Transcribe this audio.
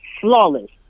flawless